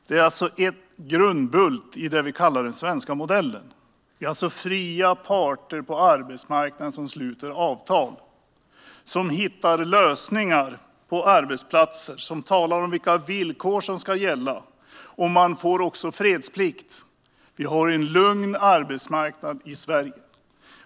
De är alltså en grundbult i det vi kallar den svenska modellen: fria parter på arbetsmarknaden som sluter avtal, hittar lösningar på arbetsplatser och talar om vilka villkor som ska gälla. Man får också fredsplikt; vi har en lugn arbetsmarknad i Sverige.